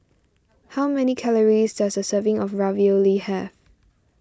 how many calories does a serving of Ravioli have